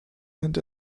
and